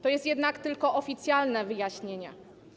To jest jednak tylko oficjalne wyjaśnienie.